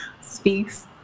speaks